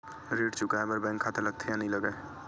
ऋण चुकाए बार बैंक खाता लगथे या नहीं लगाए?